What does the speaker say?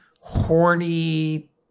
horny